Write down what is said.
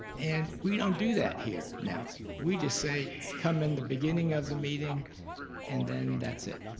and we don't do that here now. we just say come in the beginning of the meeting and then that's it.